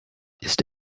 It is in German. ist